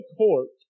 court